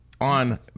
on